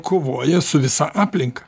kovoja su visa aplinka